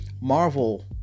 Marvel